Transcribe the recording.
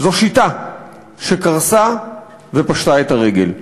זו שיטה שקרסה ופשטה את הרגל,